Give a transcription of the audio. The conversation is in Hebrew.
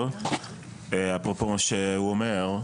אפרופו מה שהוא אומר,